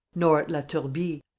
nor at la turbie,